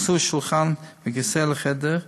הוכנסו שולחן וכיסא לחדר,